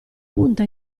punta